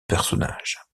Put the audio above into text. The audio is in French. personnage